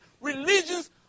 religions